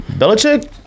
Belichick